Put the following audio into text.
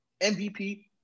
MVP